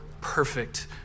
perfect